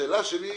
השאלה שלי,